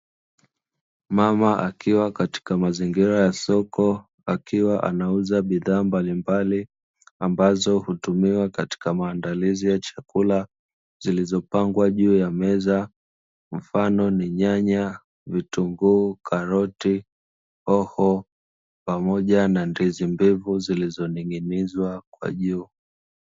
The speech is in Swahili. Mama akiwa katika mazingira ya soko, akiwa anauza bidhaa mbalimbali ambazo hutumiwa katika maandalizi ya chakula, zilizopangwa juu ya meza mfano ni: nyanya, vitunguu, karoti, hoho, pamoja na ndizi mbivu zilizoning'inizwa kwa juu.